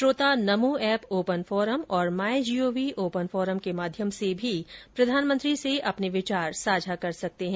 श्रोता Namo app open forum और my GOV open forum के माध्यम से भी प्रधानमंत्री से विचार साझा कर सकते हैं